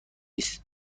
است